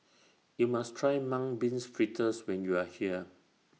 YOU must Try Mung Beans Fritters when YOU Are here